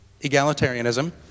egalitarianism